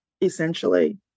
essentially